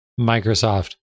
Microsoft